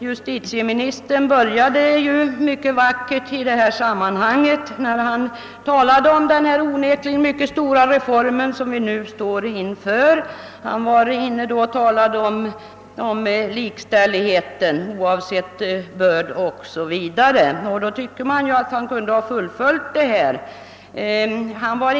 Justitieministern började tala mycket vackert om den onekligen mycket stora reform som vi nu står inför. Han talade om likställighet, oavsett börd. Man tycker att han kunde ha fullföljt detta resonemang.